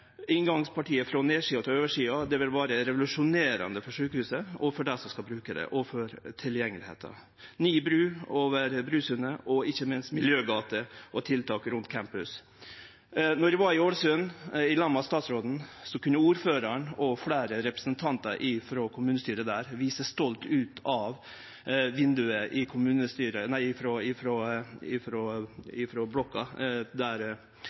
inngangspartiet frå nedsida til oversida, det vil vere revolusjonerande for sjukehuset, for dei som skal bruke det og for tilgjenget: ny bru over Brosundet og ikkje minst miljøgate og tiltak rundt campus. Då eg var i Ålesund i lag med statsråden, kunne ordføraren og fleire representantar frå kommunestyret frå vindauget i rådhuset i Ålesund stolt